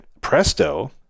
Presto